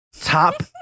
top